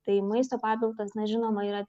tai maisto papildas na žinoma yra